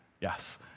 Yes